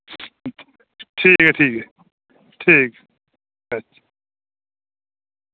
ठीक ऐ ठीक ऐ ठीक अच्छ